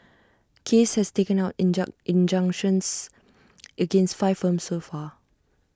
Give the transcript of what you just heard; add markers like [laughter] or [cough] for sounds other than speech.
case has taken out [unintelligible] injunctions against five firms so far